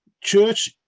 church